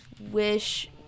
wish